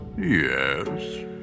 Yes